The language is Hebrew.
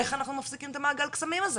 איך אנחנו מפסיקים את מעגל הקסמים הזה.